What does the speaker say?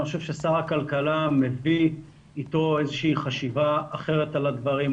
אני חושב ששר הכלכלה מביא איתו איזושהי חשיבה אחרת על הדברים.